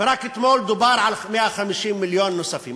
ורק אתמול דובר על 150 מיליון נוספים.